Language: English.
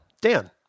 Dan